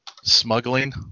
smuggling